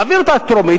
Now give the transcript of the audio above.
נעביר אותה בטרומית.